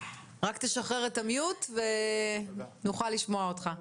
רק תשחרר את ה-mute ונוכל לשמוע אותך.